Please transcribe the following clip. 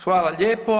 Hvala lijepo.